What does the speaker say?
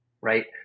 right